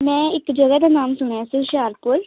ਮੈਂ ਇੱਕ ਜਗ੍ਹਾ ਦਾ ਨਾਮ ਸੁਣਿਆ ਸੀ ਹੁਸ਼ਿਆਰਪੁਰ